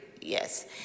yes